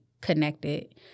connected